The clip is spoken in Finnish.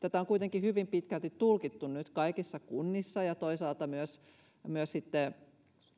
tätä on kuitenkin hyvin pitkälti tulkittu nyt kaikissa kunnissa ja toisaalta myös myös sitten